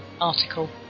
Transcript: article